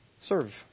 serve